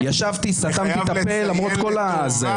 ישבתי, סתמתי את הפה, למרות כל ה --- שלכם.